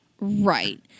Right